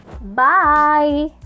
bye